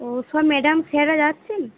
ও সব ম্যাডাম স্যাররা যাচ্ছেন